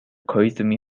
koizumi